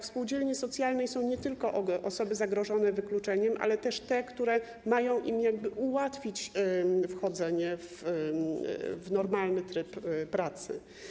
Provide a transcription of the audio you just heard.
W spółdzielni socjalnej są nie tylko osoby zagrożone wykluczeniem, ale też te, które mają im ułatwić wchodzenie w normalny tryb pracy.